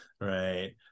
right